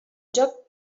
joc